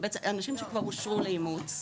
הם אנשים שכבר אושרו לאימוץ.